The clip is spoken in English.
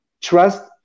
Trust